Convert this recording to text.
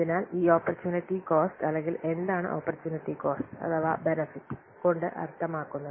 അതിനാൽ ഈ opportunity cost അല്ലെങ്കിൽ എന്താണ് ഓപ്പര്ച്ചുനിടി കോസ്റ്റ് അഥവാ ബെനെഫിറ്റ് കൊണ്ട് അർത്ഥമാക്കുന്നത്